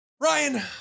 Ryan